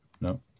No